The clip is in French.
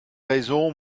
raisons